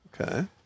Okay